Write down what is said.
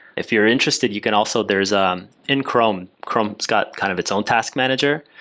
if you're interested, you can also there's a um in chrome, chrome's got kind of its own task manager.